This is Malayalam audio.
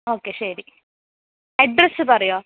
ഓക്കേ ശരി അഡ്രസ്സ് പറയോ